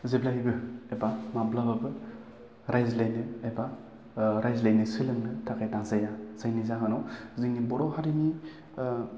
जेब्लायबो एबा माब्लाबाबो रायज्लायनो एबा रायज्लायनो सोलोंनो थाखाय नाजाया जायनि जाहोनाव जोंनि बर' हारिनि